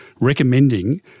recommending